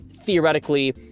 theoretically